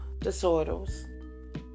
Disorders